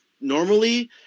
normally